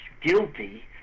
guilty